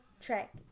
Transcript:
track